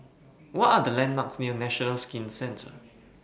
What Are The landmarks near National Skin Centre